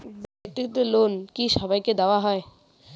ব্যাক্তিগত লোন কি সবাইকে দেওয়া হয়?